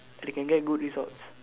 they can get good results